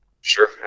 Sure